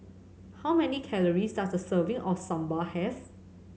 how many calories does a serving of Sambar have